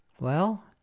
Well